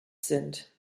sind